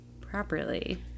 properly